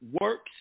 works